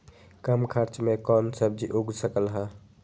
कम खर्च मे कौन सब्जी उग सकल ह?